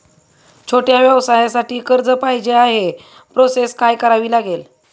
छोट्या व्यवसायासाठी कर्ज पाहिजे आहे प्रोसेस काय करावी लागेल?